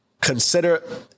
Consider